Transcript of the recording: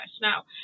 now